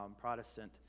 Protestant